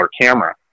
camera